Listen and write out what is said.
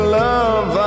love